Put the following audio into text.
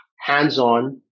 hands-on